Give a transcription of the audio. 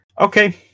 okay